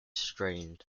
strained